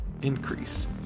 increase